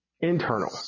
internal